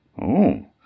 Oh